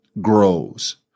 grows